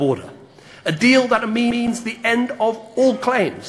ביכולת להגיע לפתרון מוסכם של שתי מדינות